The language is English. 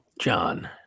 john